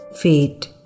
fate